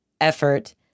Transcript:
effort